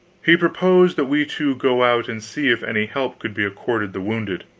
he proposed that we two go out and see if any help could be accorded the wounded.